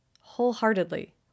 Wholeheartedly